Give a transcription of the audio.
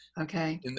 okay